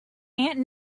aunt